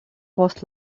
post